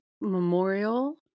memorial